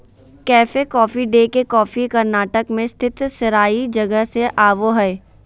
cafe Coffee Day के coffee Karnataka मे स्थित सेराई जगह से आवो हय